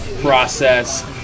process